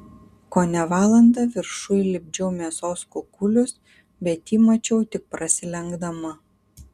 kone valandą viršuj lipdžiau mėsos kukulius bet jį mačiau tik prasilenkdama